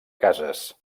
cases